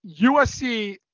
USC